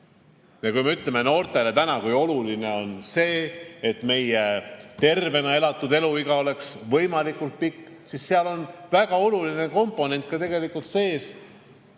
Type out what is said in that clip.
Ja kui me ütleme noortele täna, kui oluline on see, et meie tervena elatud eluiga oleks võimalikult pikk, siis seal on väga oluline komponent ju tegelikult sees: